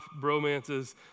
bromances